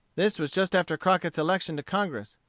this was just after crockett's election to congress,